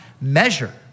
measure